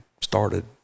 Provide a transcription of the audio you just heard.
started